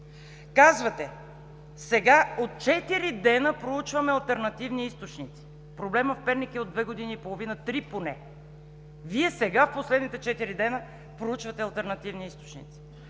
Казвате: сега от четири дена проучваме алтернативни източници. Проблемът в Перник е поне от две години и половина – три. Вие сега – в последните четири дена, проучвате алтернативни източници.